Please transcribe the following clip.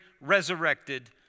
resurrected